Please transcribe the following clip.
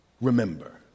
Remember